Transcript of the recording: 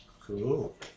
Cool